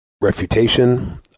Refutation